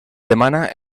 demana